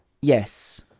Yes